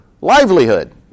livelihood